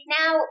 now